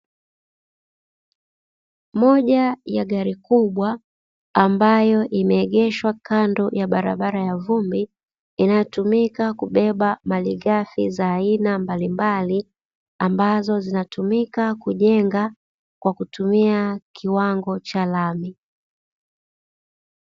Moja ya gari kubwa ambayo, imeegeshwa kando ya barabara ya vumbi inayotumika kubeba malighafi za aina mbalimbali ambazo zinatumika kujenga kwa kutumia kiwango cha lami.